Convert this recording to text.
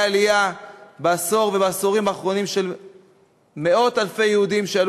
בעשור ובעשורים האחרונים גלי עלייה של מאות-אלפי יהודים.